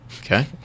Okay